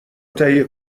تهیه